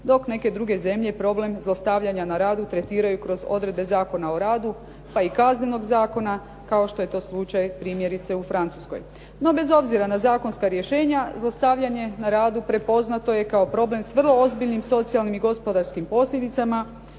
dok neke druge zemlje problem zlostavljanja na radu tretiraju kroz odredbe zakona o radu, pa i kaznenog zakona kao što je to slučaj primjerice u Francuskoj. No, bez obzira na zakonska rješenja zlostavljanje na radu prepoznato je kao problem sa vrlo ozbiljnim i socijalnim i gospodarskim posljedicama